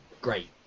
great